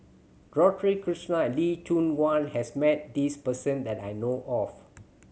Dorothy Krishnan Lee Choon Guan has met this person that I know of